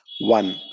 One